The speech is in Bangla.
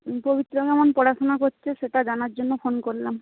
পবিত্র কেমন পড়াশোনা করছে সেটা জানার জন্য ফোন করলাম